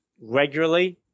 regularly